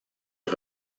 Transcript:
est